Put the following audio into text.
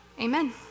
Amen